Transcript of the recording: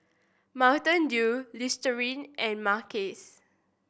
Mountain Dew Listerine and Mackays